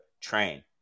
train